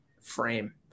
frame